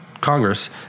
Congress